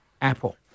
Apple